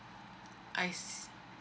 I see